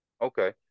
Okay